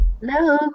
Hello